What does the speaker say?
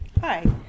Hi